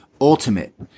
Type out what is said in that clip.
ultimate